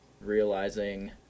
realizing